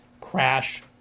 crash